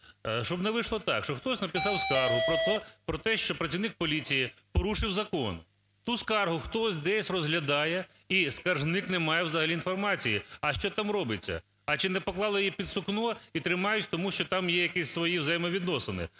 Щоб не вийшло так, що хтось написав скаргу про те, що працівник поліції порушив закон. Ту скаргу хтось десь розглядає, і скаржник не має взагалі інформації, а що там робиться, а чи не поклали її під сукно і тримають тому що там є якісь свої взаємовідносини.